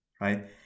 right